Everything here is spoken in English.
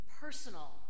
personal